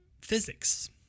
Physics